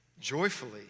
joyfully